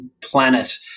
planet